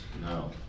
No